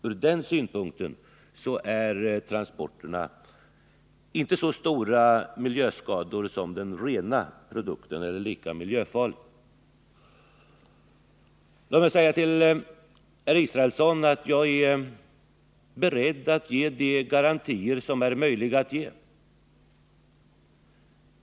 Ur den synpunkten är transporterna av avfallet inte lika miljöfarliga som transporterna av de rena produkterna. Låt mig säga till Per Israelsson att jag är beredd att ge de garantier som är möjliga att ge.